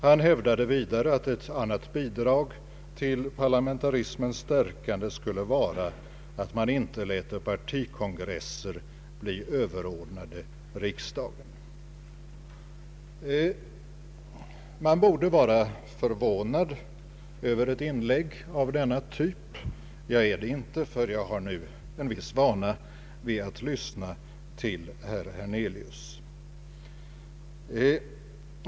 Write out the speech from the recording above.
Han hävdade vidare att ett annat bidrag till parlamentarismens stärkande skulle vara att man inte lät partikongresser bli överordnade riksdagen. Man borde vara förvånad över ett inlägg av denna typ. Jag är det inte, därför att jag nu har en viss vana vid att lyssna till herr Hernelius.